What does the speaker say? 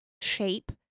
shape